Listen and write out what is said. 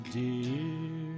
dear